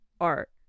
art